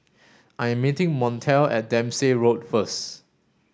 I am meeting Montel at Dempsey Road first